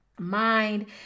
mind